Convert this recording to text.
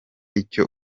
icyo